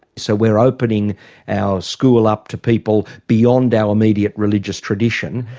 so we're opening our school up to people beyond our immediate religious tradition,